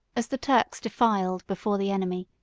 as the turks defiled before the enemy,